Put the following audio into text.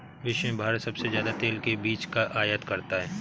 विश्व में भारत सबसे ज्यादा तेल के बीज का आयत करता है